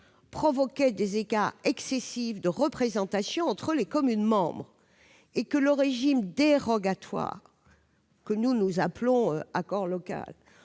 provoquaient des écarts excessifs de représentation entre les communes membres, et que le régime dérogatoire- ce que nous appelons les accords locaux